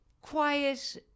quiet